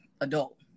adult